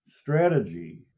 strategy